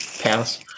pass